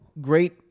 great